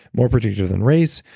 more predictive than race,